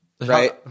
Right